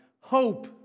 Hope